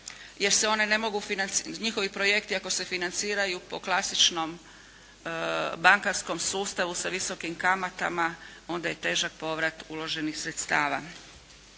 jer se one ne mogu, njihovi projekti ako se financiraju po klasičnom bankarskom sustavu sa visokim kamatama, onda je težak povrat uloženih sredstava.